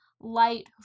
light